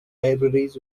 libraries